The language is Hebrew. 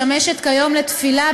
משמשת כיום לתפילה,